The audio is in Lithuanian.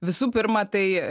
visų pirma tai